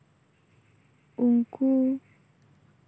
ᱩᱱᱠᱩ